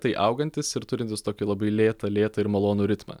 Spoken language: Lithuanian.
tai augantis ir turintis tokį labai lėtą lėtą ir malonų ritmą